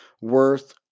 worth